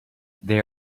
they